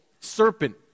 serpent